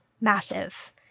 massive